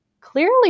Clearly